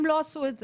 הם לא עשו את זה.